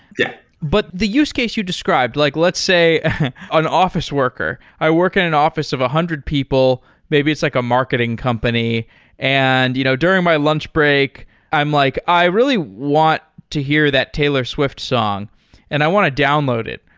yeah but the use case you described, like let's say an office worker. i work in an office of one ah hundred people. maybe it's like a marketing company and you know during my lunch break i'm like, i really want to hear that taylor swift song and i want to download it,